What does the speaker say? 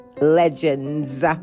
Legends